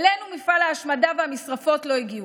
אלינו מפעל ההשמדה והמשרפות לא הגיעו.